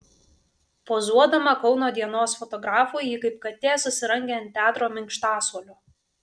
pozuodama kauno dienos fotografui ji kaip katė susirangė ant teatro minkštasuolio